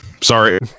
Sorry